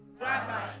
Rabbi